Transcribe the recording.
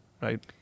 right